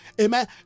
amen